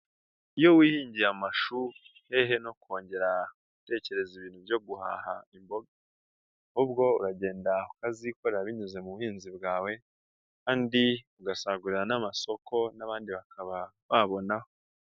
Iyo wihingiye amashu hehe no kongera gutekereza ibintu byo guhaha imboga, ahubwo uragenda ukazikorera binyuze mu buhinzi bwawe kandi ugasagurira n'amasoko n'abandi bakaba babonaho.